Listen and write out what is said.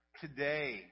today